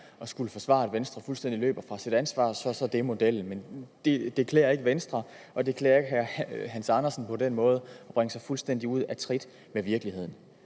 at skulle forsvare, at Venstre fuldstændig løber fra sit ansvar. Så er det modellen. Men det klæder ikke Venstre, og det klæder ikke hr. Hans Andersen på den måde at bringe sig fuldstændig ud af trit med virkeligheden.